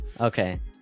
Okay